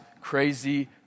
crazy